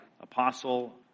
apostle